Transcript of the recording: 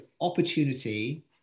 opportunity